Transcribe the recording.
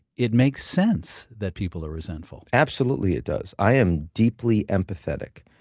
it makes sense that people are resentful absolutely it does. i am deeply empathetic,